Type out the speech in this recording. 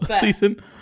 season